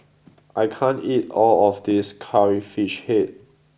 I can't eat all of this Curry Fish Head